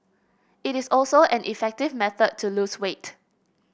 it is also an effective method to lose weight